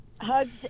Hugs